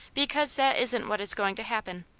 because that isn't what is going to happen.